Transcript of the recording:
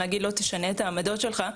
להגיד לו "תשנה את העמדות שלך",